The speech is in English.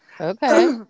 Okay